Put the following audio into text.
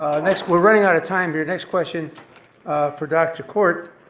next, we're running out of time here. next question for dr. kort,